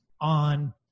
on